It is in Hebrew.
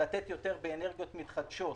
באנרגיות מתחדשות,